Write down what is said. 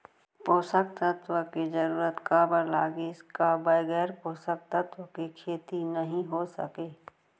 पोसक तत्व के जरूरत काबर लगिस, का बगैर पोसक तत्व के खेती नही हो सके?